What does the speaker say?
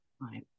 Right